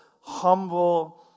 humble